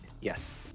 Yes